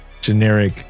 generic